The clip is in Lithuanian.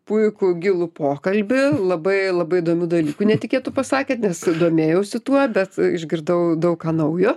puikų gilų pokalbį labai labai įdomių dalykų netikėtų pasakėt nes domėjausi tuo bet išgirdau daug ką naujo